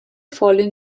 following